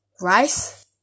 Rice